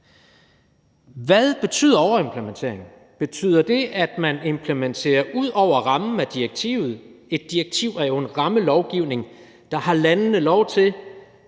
Hvad betyder overimplementering? Betyder det, at man implementerer ud over rammen i direktivet? Et direktiv er jo en rammelovgivning, og der har landene lov til